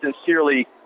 sincerely